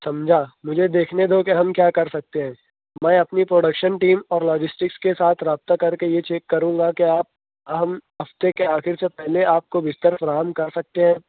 سمجھا مجھے دیکھنے دو کہ ہم کیا کر سکتے ہیں میں اپنی پروڈکشن ٹیم اور لوجیسٹکس کے ساتھ رابطہ کر کے یہ چیک کروں گا کہ آپ ہم ہفتے کے آخر سے پہلے آپ کو بستر فراہم کر سکتے ہیں